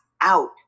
out